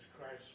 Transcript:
Christ